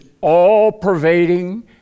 all-pervading